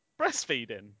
Breastfeeding